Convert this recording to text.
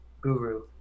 guru